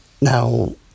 Now